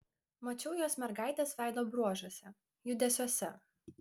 mačiau juos mergaitės veido bruožuose judesiuose